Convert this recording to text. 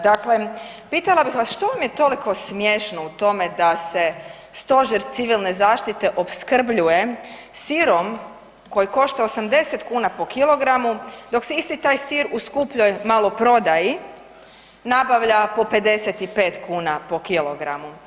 Dakle, pitala bih vas što vam je toliko smiješno u tome da se Stožer civilne zaštite opskrbljuje sirom koji košta 80 kuna po kilogramu, dok se isti taj sir u skupljoj maloprodaji nabavlja po 55 kuna po kilogramu?